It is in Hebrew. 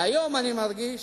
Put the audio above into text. והיום אני מרגיש